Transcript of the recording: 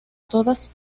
todas